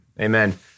Amen